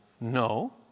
No